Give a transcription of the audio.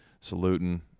saluting